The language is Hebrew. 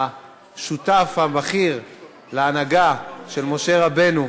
השותף הבכיר להנהגה של משה רבנו,